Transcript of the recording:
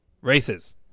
races